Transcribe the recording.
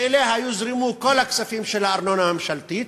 שאליה יוזרמו כל הכספים של הארנונה הממשלתית,